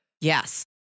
yes